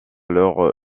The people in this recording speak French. leur